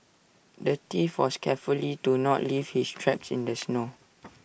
the thief was careful to not leave his tracks in the snow